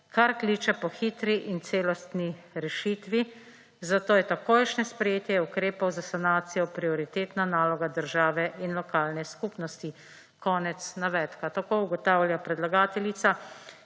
kar kliče po hitri in celostni rešitvi, zato je takojšnje sprejetje ukrepov za sanacijo prioritetna naloga države in lokalne skupnosti.« Tako ugotavlja predlagateljica,